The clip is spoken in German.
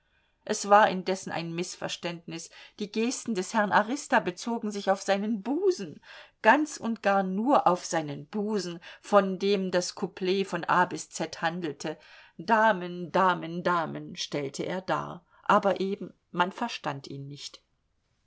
es war indessen ein mißverständnis die gesten des herrn arista bezogen sich auf seinen busen ganz und gar nur auf seinen busen von dem das couplet von a bis z handelte damen damen damen stellte er dar aber eben man verstand ihn nicht